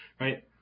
right